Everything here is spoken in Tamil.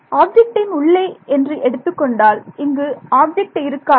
ஆப்ஜெக்டின் உள்ளே என்று எடுத்துக்கொண்டால் இங்கு ஆப்ஜெக்ட் இருக்காது